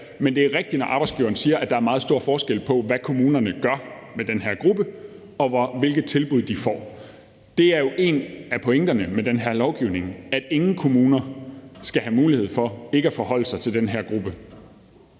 Men det er rigtigt, når arbejdsgiverne siger, at der er meget stor forskel på, hvad kommunerne gør med den her gruppe, og hvilke tilbud de får. En af pointerne med den her lovgivning er jo også, at ingen kommuner skal have mulighed for ikke at forholde sig til den her gruppe.